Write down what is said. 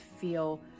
feel